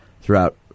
throughout